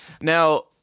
Now